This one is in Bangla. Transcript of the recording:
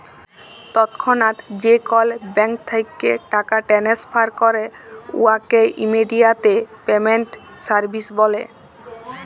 তৎক্ষণাৎ যে কল ব্যাংক থ্যাইকে টাকা টেনেসফার ক্যরে উয়াকে ইমেডিয়াতে পেমেল্ট সার্ভিস ব্যলে